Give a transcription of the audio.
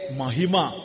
mahima